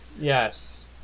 Yes